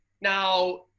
Now